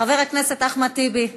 חבר הכנסת אחמד טיבי,